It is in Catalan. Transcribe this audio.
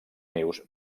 nius